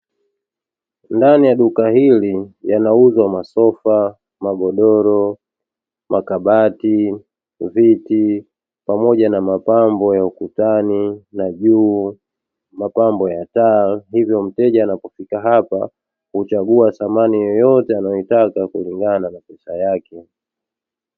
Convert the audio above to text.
Ndani ya duka hili yanauzwa masofa, makabati, viti pamoja na mapambo ya ukutani na juu mapambao ya taa hivyo mteja anapofika hapa huchagua samani anayoitaka sambamba na mahitaji yake.